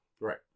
right